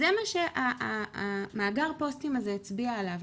זה מה שמאגר הפוסטים הזה הצביע עליו.